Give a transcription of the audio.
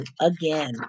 again